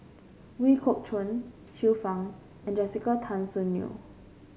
Ooi Kok Chuen Xiu Fang and Jessica Tan Soon Neo